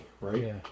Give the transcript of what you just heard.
right